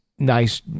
Nice